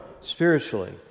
spiritually